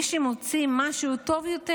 מי שמוצא משהו טוב יותר,